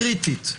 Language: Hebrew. קריטית.